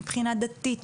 מבחינה דתית,